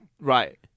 Right